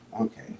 okay